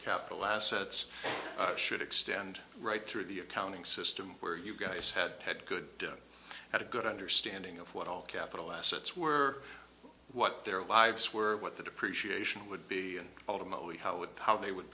capital assets should extend right through the accounting system where you guys had good at a good understanding of what all capital assets were what their lives were what the depreciation would be and ultimately how would how they would